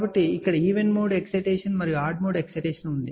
కాబట్టి ఇక్కడ even mode excitation మరియు ఆడ్ మోడ్ ఎక్సైటేషన్ ఉంది